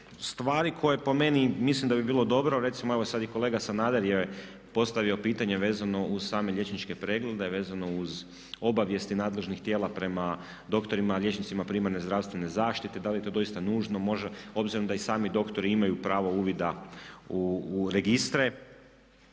stvari koje po meni mislim da bi bilo dobro, recimo evo sada i kolega Sanader je postavio pitanje vezano uz same liječničke preglede, vezano uz obavijesti nadležnih tijela prema doktorima, liječnicima primarne zdravstvene zaštite, da li je to doista nužno obzirom da i sami doktori imaju pravo uvida u registre.